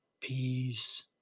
Peace